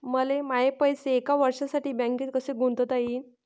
मले माये पैसे एक वर्षासाठी बँकेत कसे गुंतवता येईन?